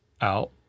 out